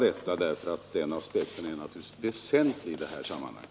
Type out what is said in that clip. Den aspekten är naturligtvis väsentlig i det här sammanhanget.